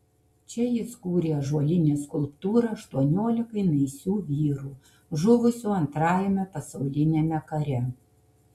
čia jis kūrė ąžuolinę skulptūrą aštuoniolikai naisių vyrų žuvusių antrajame pasauliniame kare